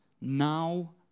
now